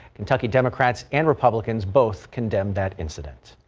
kentucky democrats and republicans both condemn that incident.